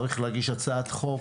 צריך להגיש הצעת חוק,